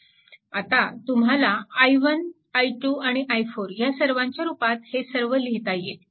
आता तुम्हाला i1 i2 आणि i4 ह्या सर्वांच्या रूपात हे सर्व लिहिता येईल